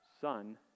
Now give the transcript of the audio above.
Son